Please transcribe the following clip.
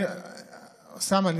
אוסאמה,